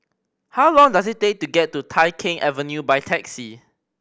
how long does it take to get to Tai Keng Avenue by taxi